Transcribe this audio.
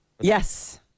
yes